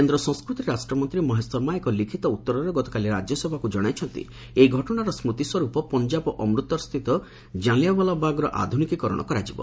କେନ୍ଦ୍ର ସଂସ୍କୃତି ରାଷ୍ଟ୍ର ମନ୍ତ୍ରୀ ମହେଶ ଶର୍ମା ଏକ ଲିଖିତ ଉତ୍ତରରେ ଗତକାଲି ରାଜ୍ୟସଭାକୁ ଜଣେଇଛନ୍ତି ଏହି ଘଟଣାର ସ୍କୃତି ସ୍ୱରୂପ ପଞ୍ଜାବ ଅମୃତସରସ୍ଥିତ କାଲିଆଁବାଲା ବାଗ୍ର ଆଧୁନିକୀକରଣ କରାଯିବ